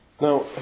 Now